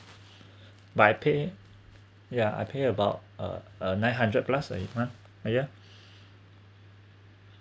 by pay yeah I pay about uh uh nine hundred plus a month yeah